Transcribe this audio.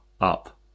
up